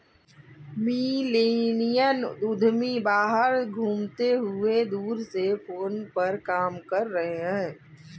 millennial उद्यमी बाहर घूमते हुए दूर से फोन पर काम कर रहे हैं